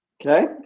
Okay